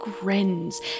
grins